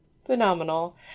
phenomenal